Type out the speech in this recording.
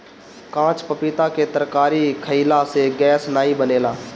काच पपीता के तरकारी खयिला से गैस नाइ बनेला